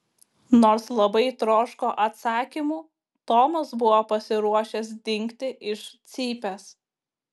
nors labai troško atsakymų tomas buvo pasiruošęs dingti iš cypės